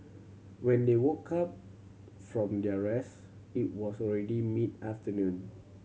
when they woke up from their rest it was already mid afternoon